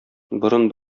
борын